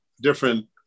different